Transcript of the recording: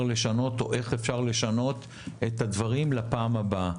לשנות או איך אפשר לשנות את הדברים לפעם הבאה.